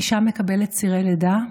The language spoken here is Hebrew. אישה מקבלת צירי לידה.